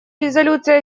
резолюции